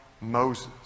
Moses